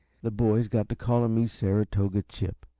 the boys got to calling me saratoga chip,